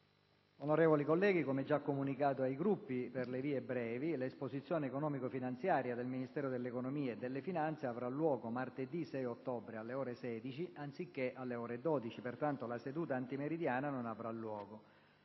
Onorevoli colleghi, come già comunicato ai Gruppi per le vie brevi, l'esposizione economico-finanziaria del Ministro dell'economia e delle finanze avrà luogo martedì 6 ottobre, alle 16, anziché alle ore 12. Pertanto, la seduta antimeridiana non avrà luogo.